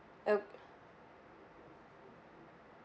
okay